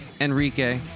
Enrique